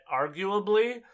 arguably